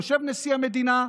יושב נשיא המדינה,